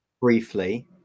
briefly